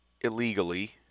illegally